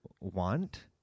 want